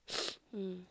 mm